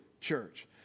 church